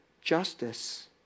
Justice